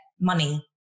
money